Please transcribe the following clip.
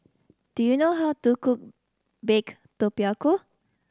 do you know how to cook baked tapioca